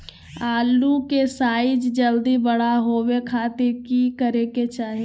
आलू के साइज जल्दी बड़ा होबे खातिर की करे के चाही?